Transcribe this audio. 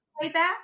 playback